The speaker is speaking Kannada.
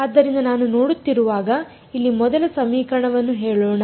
ಆದ್ದರಿಂದ ನಾನು ನೋಡುತ್ತಿರುವಾಗ ಇಲ್ಲಿ ಮೊದಲ ಸಮೀಕರಣವನ್ನು ಹೇಳೋಣ